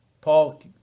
Paul